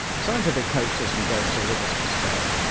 scientific hoaxes and jokes are with us to stay.